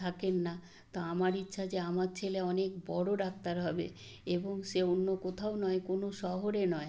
থাকেন না তো আমার ইচ্ছা যে আমার ছেলে অনেক বড়ো ডাক্তার হবে এবং সে অন্য কোথাও নয় কোনো শহরে নয়